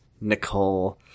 Nicole